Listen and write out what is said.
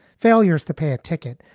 failures to pay a ticket.